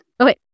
Okay